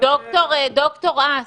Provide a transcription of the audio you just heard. ד"ר האס,